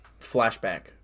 flashback